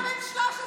נער בן 13,